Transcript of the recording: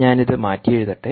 ഞാൻ ഇത് മാറ്റിയെഴുതട്ടെ